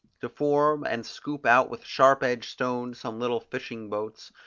to form and scoop out with sharp-edged stones some little fishing boats,